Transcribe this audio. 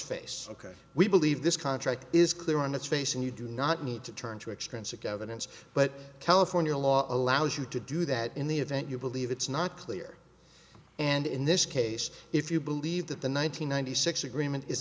face ok we believe this contract is clear on its face and you do not need to turn to expensive governance but california law allows you to do that in the event you believe it's not clear and in this case if you believe that the nine hundred ninety six agreement is